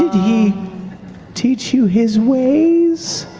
he teach you his ways?